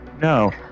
No